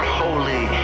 holy